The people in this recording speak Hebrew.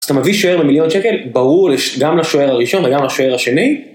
אז אתה מביא שוער למיליון שקל, ברור גם לשוער הראשון וגם לשוער השני.